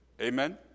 Amen